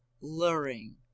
luring